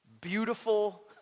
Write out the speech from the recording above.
beautiful